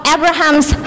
Abraham's